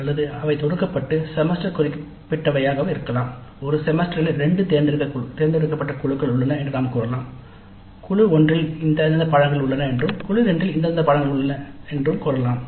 அல்லது அவை தொகுக்கப்பட்டு செமஸ்டர் குறிப்பிட்டவையாக இருக்கலாம் ஒரு செமஸ்டரில் இரண்டு தேர்ந்தெடுக்கப்பட்ட குழுக்கள் உள்ளன என்று நான் கூறலாம் குழுவில் ஒன்றில் இந்தந்த பாடநெறிகள் உள்ளன என்றும் குழு இரண்டில் இந்தந்த பாடநெறிகள் உள்ளன என்றும் கூறலாம்